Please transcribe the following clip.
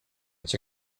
cię